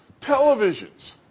televisions